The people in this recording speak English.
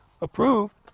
approved